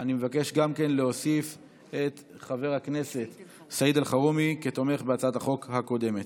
אני מבקש להוסיף את חבר הכנסת סעיד אלחרומי כתומך בהצעת החוק הקודמת.